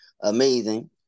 amazing